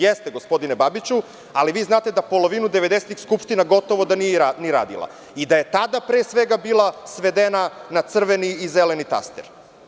Jeste, gospodine Babiću, ali vi znate da polovinu 90-ih Skupština gotovo da nije radila i da je tada pre svega bila svedena na crveni i zeleni taster.